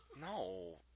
No